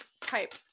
type